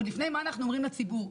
לפני מה אנחנו אומרים לציבור.